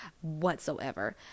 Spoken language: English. whatsoever